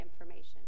information